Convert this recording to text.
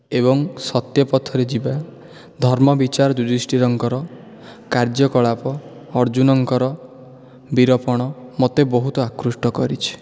ଏବଂ ସତ୍ୟ ପଥରେ ଯିବା ଧର୍ମବିଚାର ଯୁଧିଷ୍ଟିରଙ୍କର କାର୍ଯ୍ୟକଳାପ ଅର୍ଜୁନଙ୍କର ବୀରପଣ ମୋତେ ବହୁତ ଆକୃଷ୍ଟ କରିଛି